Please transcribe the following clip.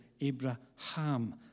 Abraham